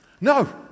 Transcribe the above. No